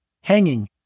hanging